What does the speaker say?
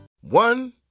One